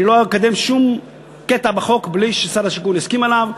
אני לא אקדם שום קטע בחוק בלי ששר השיכון יסכים עליו.